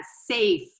safe